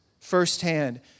firsthand